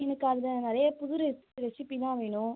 எனக்கு அதில் நிறைய புது ரெசிப் ரெசிப்பி தான் வேணும்